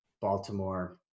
Baltimore –